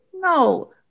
No